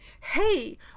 hey